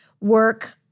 work